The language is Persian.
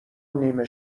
نیمه